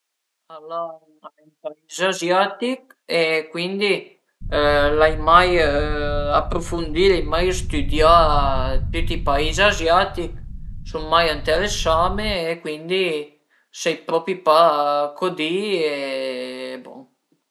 Mia mare e me pare a parlu italian però a volta a parlu co ël dialetto piemuntes, mentre i mei nonu, mia nona a parla ël patuà de Rorà e ënvece me nonu a parla ël piemuntes, però s'a deu a parla co ën po d'italian e i auti noni a parlu mach italian